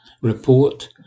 Report